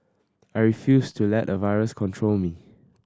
I refused to let a virus control me